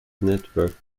network